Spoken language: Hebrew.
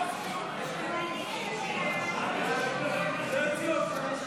כהצעת הוועדה,